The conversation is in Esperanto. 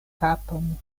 kapon